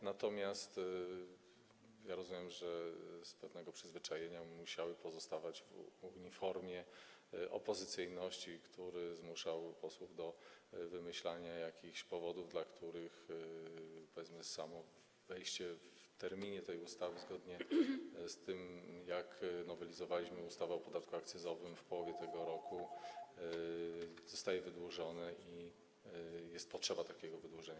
Natomiast rozumiem, że z racji pewnego przyzwyczajenia musiały pozostawać w uniformie opozycyjności, który zmuszał posłów do wymyślania jakichś powodów, dla których, powiedzmy, samo wejście w terminie tej ustawy, zgodnie z tym, jak nowelizowaliśmy ustawę o podatku akcyzowym w połowie tego roku, zostaje wydłużone i jest potrzeba takiego wydłużenia.